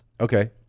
Okay